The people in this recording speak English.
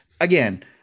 again